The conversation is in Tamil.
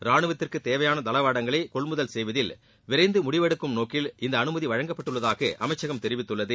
ராணுவத்திற்கு தேவையான தளவாடங்களை கொள்முதல் செய்வதில் விரைந்து முடிவெடுக்கும் நோக்கில் இந்த அனுமதி வழங்கப்பட்டுள்ளதாக அமைச்சகம் தெரிவித்துள்ளது